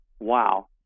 wow